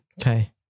Okay